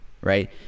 Right